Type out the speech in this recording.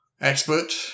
expert